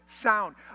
sound